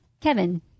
Kevin